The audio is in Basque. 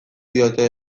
diote